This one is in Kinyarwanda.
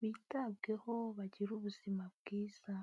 bitabweho, bagire ubuzima bwiza.